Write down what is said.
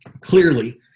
Clearly